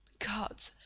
gods!